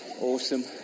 awesome